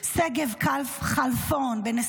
שגב כלפון, בן 27,